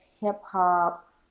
hip-hop